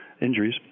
injuries